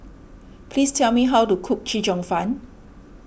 please tell me how to cook Chee Cheong Fun